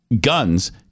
guns